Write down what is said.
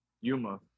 Yuma